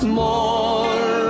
more